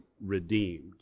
redeemed